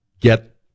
get